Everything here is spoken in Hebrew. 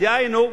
דהיינו,